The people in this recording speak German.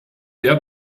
der